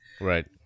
right